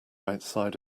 outside